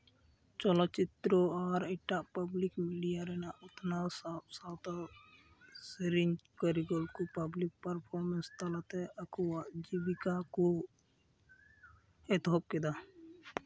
ᱪᱚᱞᱚᱛ ᱪᱤᱛᱨᱟᱹ ᱟᱨ ᱮᱴᱟᱜ ᱯᱟᱵᱽᱞᱤᱠ ᱢᱤᱰᱤᱭᱟ ᱨᱮᱱᱟᱜ ᱩᱛᱱᱟᱹᱣ ᱥᱟᱶ ᱥᱟᱶᱛᱮ ᱥᱮᱨᱮᱧ ᱠᱟᱹᱨᱤᱜᱚᱞ ᱠᱚ ᱯᱟᱵᱽᱞᱤᱠ ᱯᱟᱨᱯᱷᱚᱨᱢᱮᱱᱥ ᱛᱟᱞᱟᱛᱮ ᱟᱠᱚᱣᱟᱜ ᱡᱤᱵᱤᱠᱟ ᱠᱚ ᱮᱛᱚᱦᱚᱵ ᱠᱮᱫᱟ